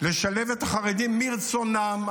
לשלב את החרדים מרצונם.